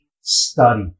study